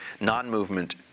non-movement